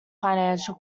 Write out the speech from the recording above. financial